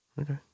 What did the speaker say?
Okay